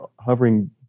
hovering